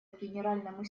генеральному